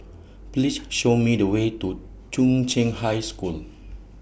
Please Show Me The Way to Chung Cheng High School